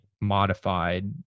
modified